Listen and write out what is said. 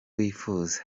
wifuza